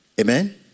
Amen